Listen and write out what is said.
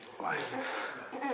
life